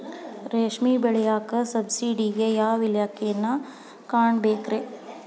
ರೇಷ್ಮಿ ಬೆಳಿಯಾಕ ಸಬ್ಸಿಡಿಗೆ ಯಾವ ಇಲಾಖೆನ ಕಾಣಬೇಕ್ರೇ?